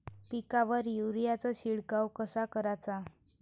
पिकावर युरीया चा शिडकाव कसा कराचा?